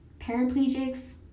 paraplegics